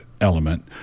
element